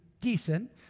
decent